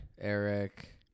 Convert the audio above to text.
Eric